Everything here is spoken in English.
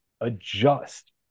adjust